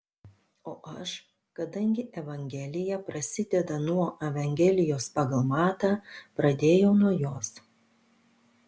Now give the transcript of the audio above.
o aš kadangi evangelija prasideda nuo evangelijos pagal matą pradėjau nuo jos